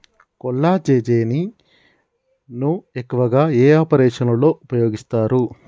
కొల్లాజెజేని ను ఎక్కువగా ఏ ఆపరేషన్లలో ఉపయోగిస్తారు?